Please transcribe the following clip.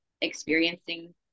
experiencing